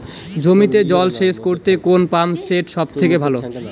জমিতে জল সেচ করতে কোন পাম্প সেট সব থেকে ভালো?